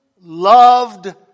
Loved